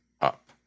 up